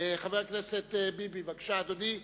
חבר הכנסת ביבי, בבקשה, אדוני.